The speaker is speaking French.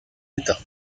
états